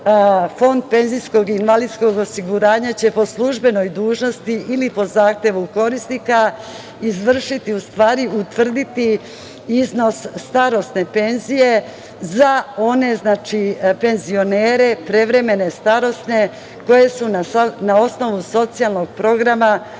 od 60 dana Fond PIO će po službenoj dužnosti ili po zahtevu korisnika izvršiti, u stvari utvrditi iznos starosne penzije za one penzionere, prevremene starosne, koji su na osnovu socijalnog programa